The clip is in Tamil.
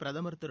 பிரதமர் திரு